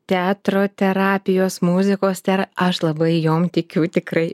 teatro terapijos muzikos ir aš labai jom tikiu tikrai